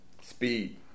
Speed